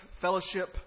fellowship